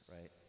right